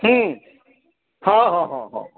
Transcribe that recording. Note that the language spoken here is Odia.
ହୁଁ ହଁ ହଁ ହଁ ହଁ